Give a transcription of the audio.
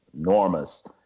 enormous